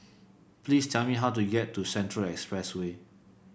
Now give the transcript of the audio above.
please tell me how to get to Central Expressway